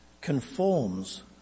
conforms